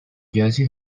jersey